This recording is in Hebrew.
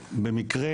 במקרה,